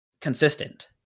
consistent